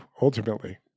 ultimately